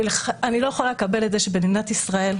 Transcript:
אני לא יכולה לקבל את זה שבמדינת ישראל,